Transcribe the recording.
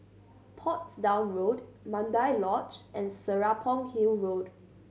Portsdown Road Mandai Lodge and Serapong Hill Road